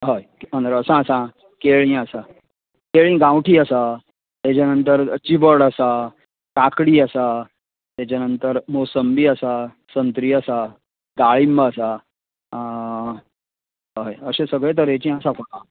हय अननसां आसा केळी आसा केळी गांवठी आसा तेज्या नंतर चिबड आसा काकडी आसा तेज्या नंतर मोसंबी आसा संत्री आसा दाळींब आसा हय अशे सगळे तरेची आसा फळां